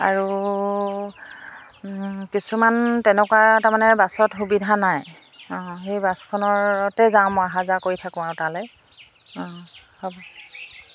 আৰু কিছুমান তেনেকুৱা তাৰমানে বাছত সুবিধা নাই অঁ সেই বাছখনতে যাওঁ মই অহা যোৱা কৰি থাকোঁ আৰু তালৈ অঁ হ'ব